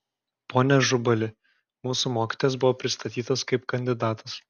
pone ažubali mūsų mokytojas buvo pristatytas kaip kandidatas